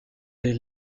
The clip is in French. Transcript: des